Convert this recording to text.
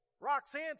Roxanne